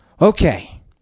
Okay